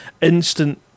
instant